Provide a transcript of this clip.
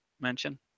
mention